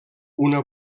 una